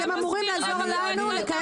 אתם אמורים לעזור לנו לקיים